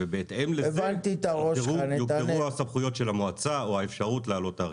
ובהתאם לזה יורחבו הסמכויות של המועצה או האפשרות להעלות את התעריפים.